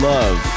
Love